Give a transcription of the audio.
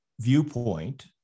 viewpoint